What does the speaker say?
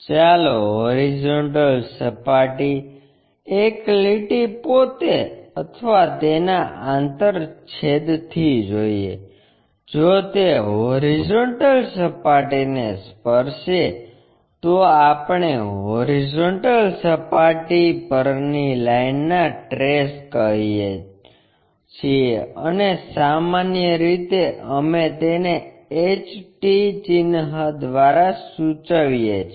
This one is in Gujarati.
ચાલો હોરિઝોન્ટલ સપાટી એક લીટી પોતે અથવા તેના આંતરછેદથી જોઈએ જો તે હોરિઝોન્ટલ સપાટીને સ્પર્શે તો આપણે હોરિઝોન્ટલ સપાટી પરની લાઇનના ટ્રેસ કહીએ છીએ અને સામાન્ય રીતે અમે તેને HT ચિહ્ન દ્વારા સૂચવીએ છીએ